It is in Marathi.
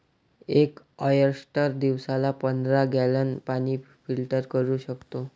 एक ऑयस्टर दिवसाला पंधरा गॅलन पाणी फिल्टर करू शकतो